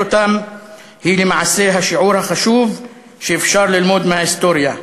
אותם היא למעשה השיעור החשוב שאפשר ללמוד מההיסטוריה.